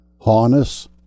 harness